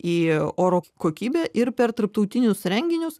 į oro kokybę ir per tarptautinius renginius